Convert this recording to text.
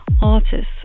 artists